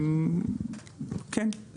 כן.